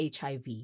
HIV